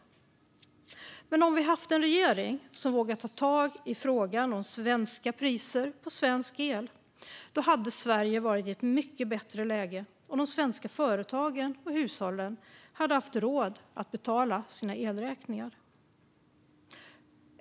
Om vi haft en regering som vågat ta tag i frågan om svenska priser på svensk el hade Sverige varit i ett mycket bättre läge, och de svenska företagen och hushållen hade haft råd att betala sina elräkningar.